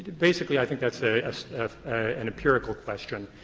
basically i think that's a an empirical question.